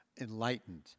enlightened